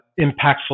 impactful